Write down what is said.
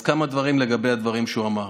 אז כמה דברים לגבי הדברים שהוא אמר.